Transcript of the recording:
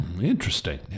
Interesting